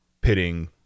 pitting